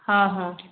ହଁ ହଁ